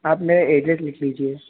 आप मेरा अड्रेस लिख लीजिए